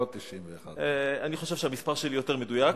לא 91. אני חושב שהמספר שלי יותר מדויק.